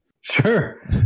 Sure